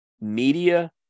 media